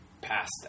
past